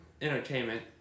entertainment